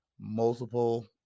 multiple